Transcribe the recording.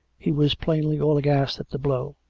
he was plainly all aghast at the blow.